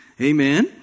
Amen